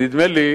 נדמה לי